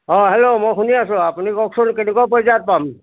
অঁ হেল্ল' মই শুনি আছোঁ আপুনি কওকচোন কেনেকুৱা পৰ্যায়ত পাম